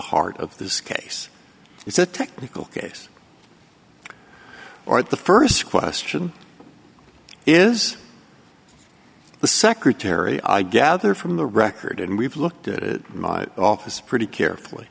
heart of this case it's a technical case or the first question is the secretary i gather from the record and we've looked at it in my office pretty carefully